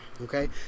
Okay